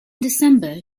december